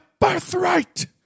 birthright